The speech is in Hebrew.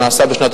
הוא נעשה בשנת